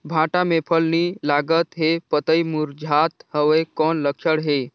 भांटा मे फल नी लागत हे पतई मुरझात हवय कौन लक्षण हे?